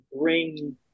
bring